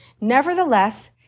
Nevertheless